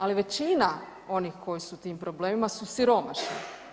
Ali većina onih koji su u tim problemima su siromašni.